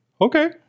okay